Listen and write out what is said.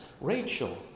Rachel